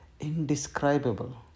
indescribable